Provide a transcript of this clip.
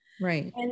Right